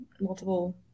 multiple